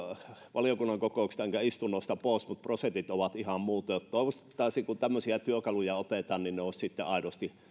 valiokunnan kokouksesta enkä istunnosta pois mutta prosentit ovat ihan muuta toivoisi että kun tämmöisiä työkaluja otetaan niin ne olisivat sitten aidosti